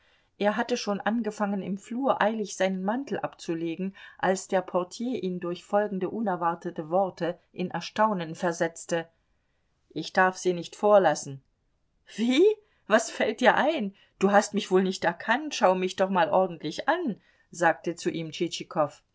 er hatte schon angefangen im flur eilig seinen mantel abzulegen als der portier ihn durch folgende unerwartete worte in erstaunen versetzte ich darf sie nicht vorlassen wie was fällt dir ein du hast mich wohl nicht erkannt schau mich doch mal ordentlich an sagte zu ihm